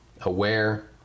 aware